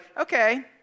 okay